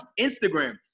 Instagram